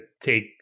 take